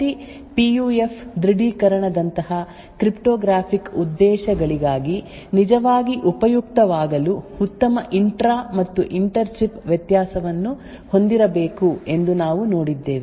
ಪ್ರತಿ P U F ದೃಢೀಕರಣದಂತಹ cryptographic ಉದ್ದೇಶಗಳಿಗಾಗಿ ನಿಜವಾಗಿ ಉಪಯುಕ್ತವಾಗಲು ಉತ್ತಮ ಇಂಟ್ರಾ ಮತ್ತು ಇಂಟರ್ ಚಿಪ್ ವ್ಯತ್ಯಾಸವನ್ನು ಹೊಂದಿರಬೇಕು ಎಂದು ನಾವು ನೋಡಿದ್ದೇವೆ